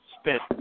spent